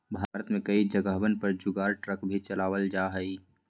भारत में कई जगहवन पर जुगाड़ ट्रक भी चलावल जाहई